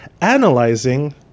analyzing